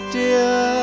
dear